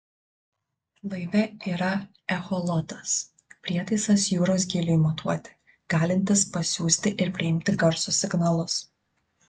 laive yra echolotas prietaisas jūros gyliui matuoti galintis pasiųsti ir priimti garso signalus